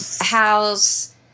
house